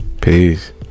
Peace